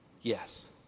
Yes